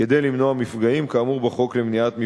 כדי למנוע מפגעים כאמור בחוק למניעת מפגעים.